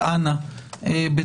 אבל אנא בתמציתיות,